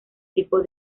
tipo